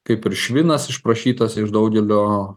kaip ir švinas išprašytas iš daugelio